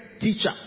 teacher